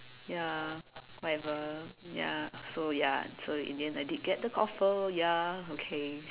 ya whatever ya so ya so in the end I did get the offer ya okay